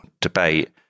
debate